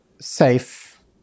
safe